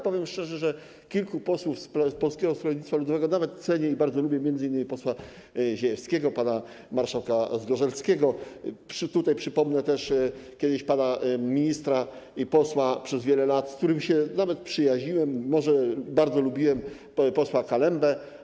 Powiem szczerze, że kilku posłów z Polskiego Stronnictwa Ludowego nawet cenię i bardzo lubię, m.in. posła Ziejewskiego, pana marszałka Zgorzelskiego, tutaj przypomnę też kiedyś pana ministra i posła przez wiele lat, z którym się nawet przyjaźniłem, może bardzo lubiłem, posła Kalembę.